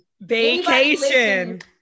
Vacation